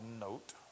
note